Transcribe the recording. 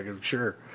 sure